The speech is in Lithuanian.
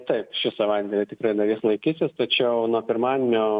taip šį savaitgalį tikrai dar jis laikytis tačiau nuo pirmadienio